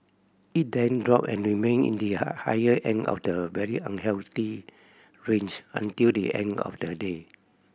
it then dropped and remained in the higher end of the very unhealthy range until the end of the day